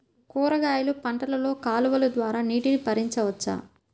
కూరగాయలు పంటలలో కాలువలు ద్వారా నీటిని పరించవచ్చా?